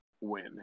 win